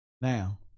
now